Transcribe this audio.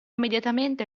immediatamente